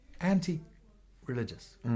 anti-religious